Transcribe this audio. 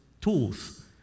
tools